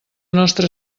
nostra